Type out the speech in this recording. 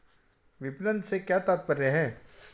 विपणन से क्या तात्पर्य है?